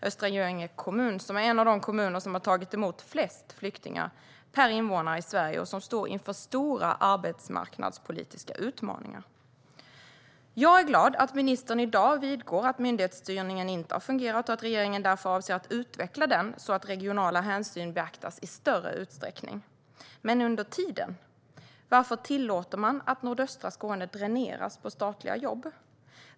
Östra Göinge är en av de kommuner som har tagit emot flest flyktingar per invånare i Sverige och står inför stora arbetsmarknadspolitiska utmaningar. Jag är glad att ministern i dag vidgår att myndighetsstyrningen inte har fungerat och att regeringen därför avser att utveckla den så att regionala hänsyn beaktas i större utsträckning. Men varför tillåter man under tiden att nordöstra Skåne dräneras på statliga jobb?